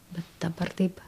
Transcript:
bet dabar taip